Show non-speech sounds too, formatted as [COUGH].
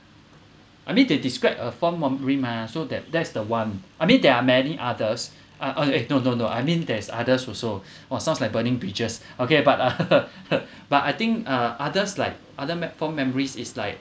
I mean they describe a fond memory mah so that that's the one I mean there are many others uh eh no no no I mean there's others also !wah! sounds like burning bridges okay but [LAUGHS] but I think uh others like other me~ fond memories is like